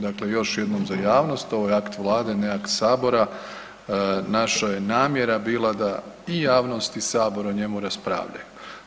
Dakle, još jednom za javnost, ovo je akt Vlade, ne akt Sabora, naša je namjera bila da i javnost i Sabor o njemu raspravljaju.